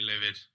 livid